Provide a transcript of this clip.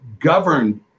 governed